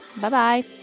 bye-bye